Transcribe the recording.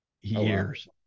Years